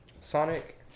Sonic